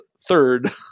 third